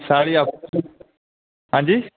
साढ़ी आपूं हांजी